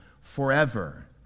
forever